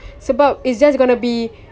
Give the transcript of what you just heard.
sebab it's just gonna be